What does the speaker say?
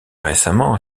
récemment